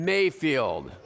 Mayfield